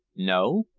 no.